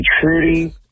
Trudy